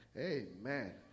Amen